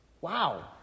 Wow